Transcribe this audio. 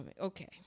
Okay